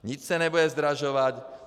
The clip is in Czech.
Nic se nebude zdražovat.